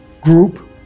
group